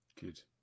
Good